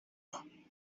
ابریشمی